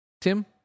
Tim